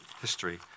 history